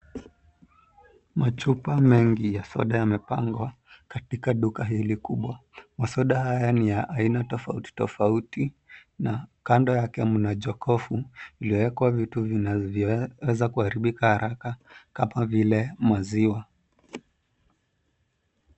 Machupa mengi ya soda yamepangwa katika duka hili kubwa. Masoda haya ni ya aina tofauti tofauti na kando yake mna jokofu lililo wekwa vitu vinavyo weza kuharibika haraka kama vile maziwa.